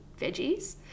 veggies